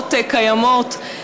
הרשעות קיימות,